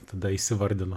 tada įsivardinam